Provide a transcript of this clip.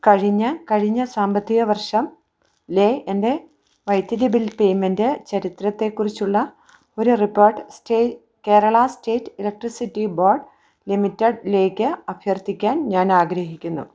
കഴിഞ്ഞ കഴിഞ്ഞ സാമ്പത്തിക വർഷം ലെ എൻ്റെ വൈദ്യുതി ബിൽ പേയ്മെൻ്റ് ചരിത്രത്തെക്കുറിച്ചുള്ള ഒരു റിപ്പോർട്ട് സ്റ്റേ Kerala state electricity board limited ലേക്ക് അഭ്യർത്ഥിക്കാൻ ഞാൻ ആഗ്രഹിക്കുന്നു